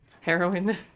heroin